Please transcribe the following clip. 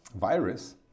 virus